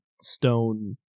stone